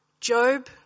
Job